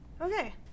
Okay